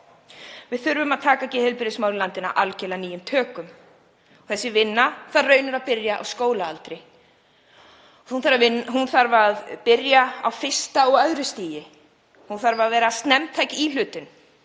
Við þurfum að taka geðheilbrigðismál í landinu algerlega nýjum tökum. Þessi vinna þarf raunar að byrja á skólaaldri. Hún þarf að byrja á fyrsta og öðru stigi. Það þarf að vera snemmtæk íhlutun